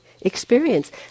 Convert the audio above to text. experience